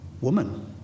Woman